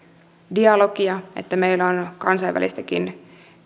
dialogia että meillä on kansainvälistäkin